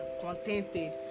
contented